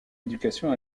éducation